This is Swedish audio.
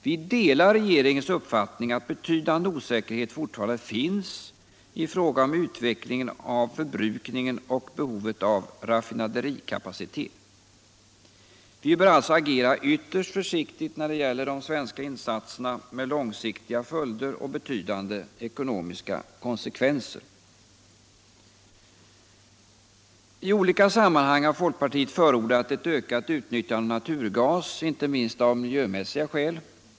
Vi delar regeringens uppfattning att betydande osäkerhet fortfarande finns i fråga om utvecklingen av förbrukningen och behovet av raffinaderikapacitet. Vi bör alltså agera ytterst försiktigt när det gäller de svenska insatserna med långsiktiga följder och betydande ekonomiska konsekvenser. I olika sammanhang har folkpartiet förordat ett ökat utnyttjande av naturgas — inte minst av miljömässiga skäl.